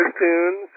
cartoons